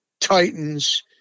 Titans